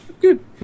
Good